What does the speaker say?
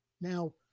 Now